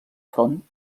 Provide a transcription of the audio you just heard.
front